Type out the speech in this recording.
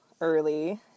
early